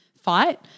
fight